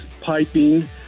piping